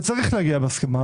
וצריך להגיע בהסכמה,